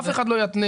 אף אחד לא יתנה,